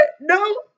No